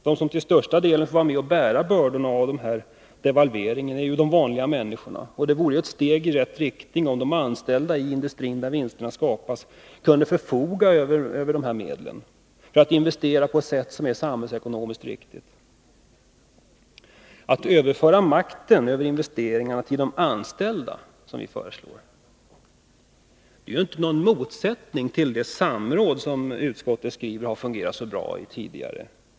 De som till största delen får bära dessa bördor är de vanliga människorna. Det vore ett steg i rätt riktning om de anställda i industrin, där vinsterna skapas, kunde förfoga över dessa medel för att investera på ett sätt som är samhällsekonomiskt riktigt. Att överföra makten över investeringarna till de anställda, som vi föreslår, står ju inte i motsättning till det samråd som utskottet skriver har fungerat så bra tidigare.